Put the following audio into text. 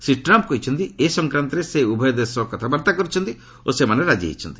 Shri Trump କହିଛନ୍ତି ଏ ସଂକ୍ରାନ୍ତରେ ସେ ଉଭୟ ଦେଶ ସହ କଥାବାର୍ତ୍ତା କରିଛନ୍ତି ଓ ସେମାନେ ରାଜିହୋଇଛନ୍ତି